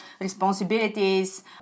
responsibilities